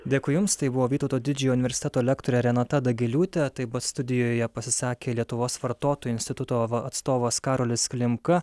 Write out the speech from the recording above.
dėkui jums tai buvo vytauto didžiojo universiteto lektorė renata dagiliūtė taip pat studijoje pasisakė lietuvos vartotojų instituto va atstovas karolis klimka